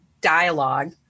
dialogue